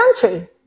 country